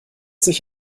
sich